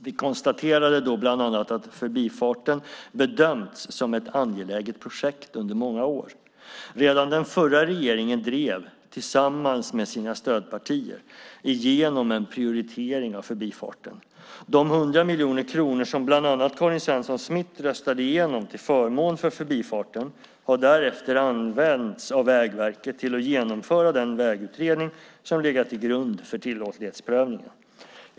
Vi konstaterade då bland annat att förbifarten bedömts som ett angeläget projekt under många år. Redan den förra regeringen drev, tillsammans med sina stödpartier, igenom en prioritering av förbifarten. De 100 miljoner kronor som bland annat Karin Svensson Smith röstade igenom till förmån för förbifarten har därefter använts av Vägverket till att genomföra den vägutredning som legat till grund för tillåtlighetsprövningen.